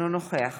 אינו נוכח